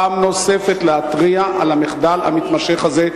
פעם נוספת להתריע על המחדל המתמשך הזה,